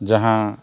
ᱡᱟᱦᱟᱸ